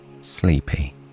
sleepy